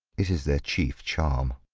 it is their chief charm.